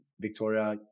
Victoria